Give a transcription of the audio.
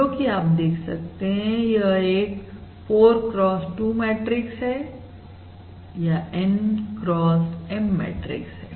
जो कि आप देख सकते हैं और यह एक 4 cross 2 मैट्रिक्स है या N cross M मैट्रिक्स है